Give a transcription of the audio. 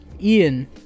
Ian